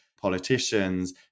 politicians